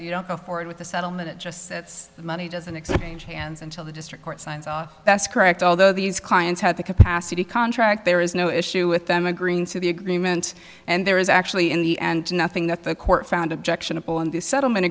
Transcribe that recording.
you don't go forward with the settlement it just sets the money doesn't explain hands until the district court signs off that's correct although these clients have the capacity contract there is no issue with them agreeing to the agreement and there is actually in the end nothing that the court found objectionable in this settlement